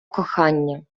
кохання